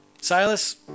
Silas